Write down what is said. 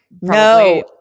No